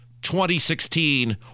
2016